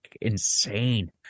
Insane